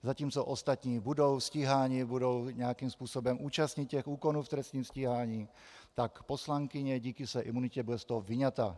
Zatímco ostatní budou stíháni, budou nějakým způsobem účastni těch úkonů v trestním stíhání, tak poslankyně díky své imunitě bude z toho vyňata.